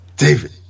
David